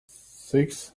six